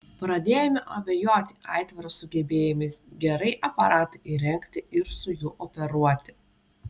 pradėjome abejoti aitvaro sugebėjimais gerai aparatą įrengti ir su juo operuoti